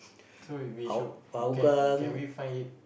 so we should can can we find it